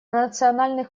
национальных